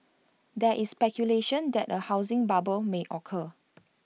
there is speculation that A housing bubble may occur